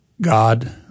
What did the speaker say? god